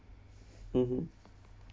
mmhmm